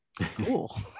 cool